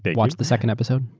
but watch the second episode.